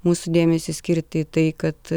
mūsų dėmesį skirti į tai kad